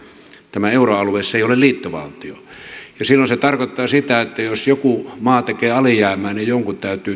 tämä euroalue ei ole liittovaltio silloin se tarkoittaa sitä että jos joku maa tekee alijäämää niin jonkun täytyy